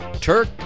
Turk